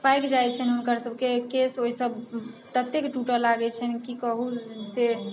पाकि जाइत छनि हुनकर सबके केश ओहिसँ ततेक टूटल लागैत छनि की कहू से